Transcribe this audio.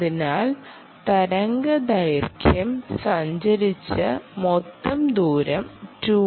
അതിനാൽ തരംഗദൈർഘ്യം സഞ്ചരിച്ച മൊത്തം ദൂരമാണ് 2r